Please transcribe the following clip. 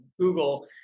Google